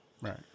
Right